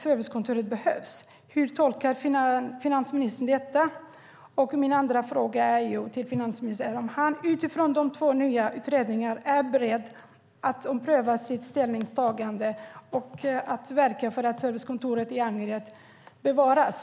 Servicekontoret behövs. Hur tolkar finansministern detta? Min andra fråga till finansministern är om han utifrån de två nya utredningarna är beredd att ompröva sitt ställningstagande och verka för att servicekontoret i Angered ska bevaras.